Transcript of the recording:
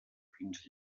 fins